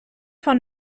von